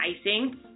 icing